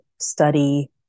study